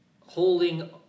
holding